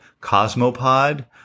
Cosmopod